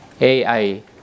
AI